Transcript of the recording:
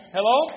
Hello